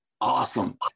awesome